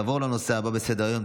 נעבור לנושא הבא בסדר-היום,